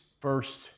First